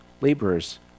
laborers